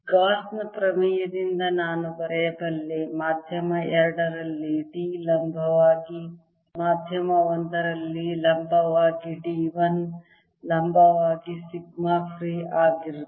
Gauss ನ ಪ್ರಮೇಯದಿಂದ ನಾನು ಬರೆಯಬಲ್ಲೆ ಮಧ್ಯಮ 2 ರಲ್ಲಿ D ಲಂಬವಾಗಿ ಮಧ್ಯಮ 1 ರಲ್ಲಿ ಲಂಬವಾಗಿ D 1 ಲಂಬವಾಗಿ ಸಿಗ್ಮಾ ಫ್ರೀ ಆಗಿರುತ್ತದೆ